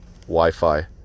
Wi-Fi